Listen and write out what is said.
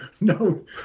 no